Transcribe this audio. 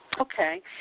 Okay